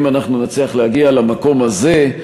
אם נצליח להגיע למקום הזה,